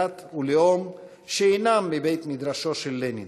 דת ולאום שאינם מבית-מדרשו של לנין.